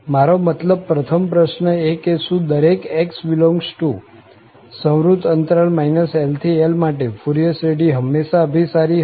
મારો મતલબ પ્રથમ પ્રશ્ન એ કે શું દરેક x∈ LL માટે ફુરિયર શ્રેઢી હંમેશા અભિસારી હશે